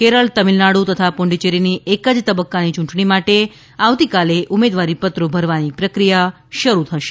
કેરળ તમિળનાડુ તથા પુડુ ચ્ચેરીની એક જ તબક્કાની યૂંટણી માટે આવતીકાલે ઉમેદવારીપત્રો ભરવાની પ્રક્રિયા શરૂ થશે